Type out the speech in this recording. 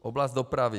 Oblast dopravy.